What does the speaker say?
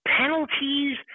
Penalties